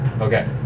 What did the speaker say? Okay